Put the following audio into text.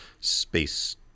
space